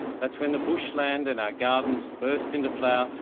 that's when the bushland and our gardens burst into flower.